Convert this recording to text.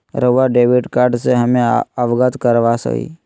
रहुआ debit card से हमें अवगत करवाआई?